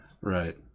Right